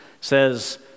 says